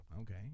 okay